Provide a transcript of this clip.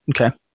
Okay